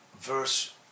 verse